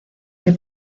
que